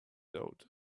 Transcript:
dots